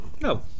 No